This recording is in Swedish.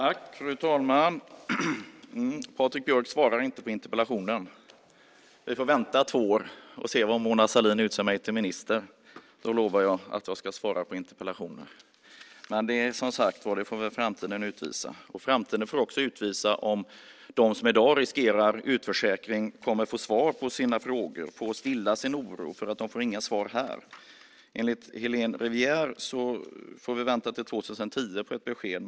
Fru talman! Patrik Björck svarar inte när det gäller den här interpellationen, säger statsrådet. Ja, vi får vänta i två år och se om Mona Sahlin utser mig till minister. Då ska jag, det lovar jag, svara på interpellationer. Men det får väl framtiden utvisa. Framtiden får också utvisa om de som i dag riskerar utförsäkring får svar på sina frågor och får stilla sin oro. Här får de ju inga svar. Enligt Helena Rivière får vi vänta till år 2010 på ett besked.